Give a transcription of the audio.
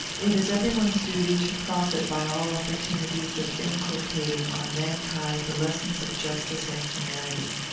it is every one's duty to profit by all opportunities of inculcating on mankind the lessons of justice and humanity.